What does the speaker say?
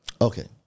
Okay